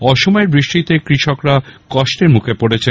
অসময়ের বৃষ্টিতে কৃষকরাও কষ্টের মুখে পড়েছেন